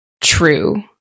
true